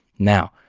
now,